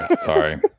Sorry